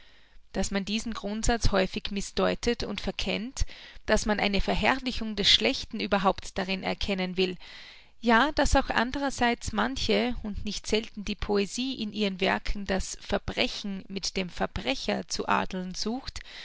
daß man diesen grundsatz häufig mißdeutet und verkennt daß man eine verherrlichung des schlechten überhaupt darin erkennen will ja daß auch andererseits manche und nicht selten die poesie in ihren werken das verbrechen mit dem verbrecher zu adeln sucht